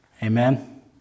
Amen